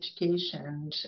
education